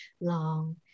long